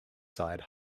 side